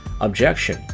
objection